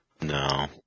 No